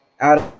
out